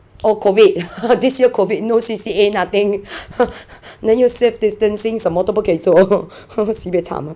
oh COVID this year covid no C_C_A nothing then 又 safe distancing 什么都不可以做 sibei cham